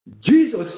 Jesus